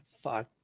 Fuck